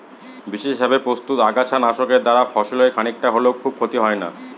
বিশেষভাবে প্রস্তুত আগাছা নাশকের দ্বারা ফসলের খানিকটা হলেও খুব ক্ষতি হয় না